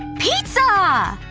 pizza!